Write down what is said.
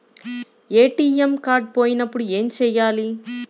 ATM card పోయినప్పుడు ఏమి చేయాలి?